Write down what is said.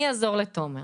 אני אעזור לתומר,